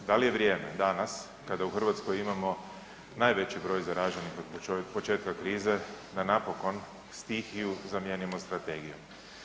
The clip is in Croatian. Da li je vrijeme danas, kada u Hrvatskoj imamo najveći broj zaraženih od početka krize da napokon stihiju zamijenimo strategijom?